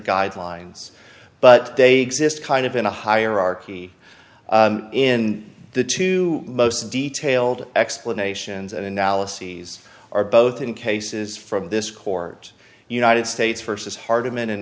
guidelines but they just kind of in a hierarchy in the two most detailed explanations and analyses are both in cases from this court united states versus hardiman in